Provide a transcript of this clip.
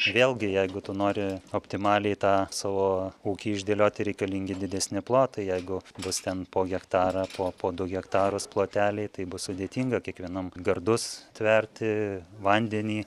vėlgi jeigu tu nori optimaliai tą savo ūkį išdėlioti reikalingi didesni plotai jeigu bus ten po hektarą po po du hektarus ploteliai tai bus sudėtinga kiekvienam gardus tverti vandenį